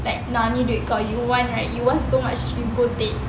like nah ni duit kau you want right you want so much you go take